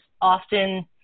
often